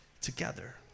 together